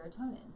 serotonin